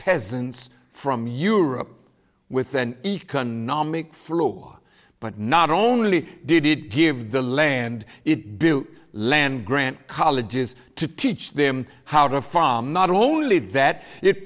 peasants from europe with an economic flaw but not only did it give the land it built land grant colleges to teach them how to farm not only that it